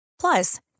Plus